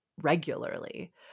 regularly